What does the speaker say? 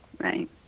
Right